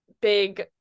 big